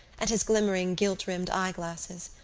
and his glimmering gilt-rimmed eyeglasses.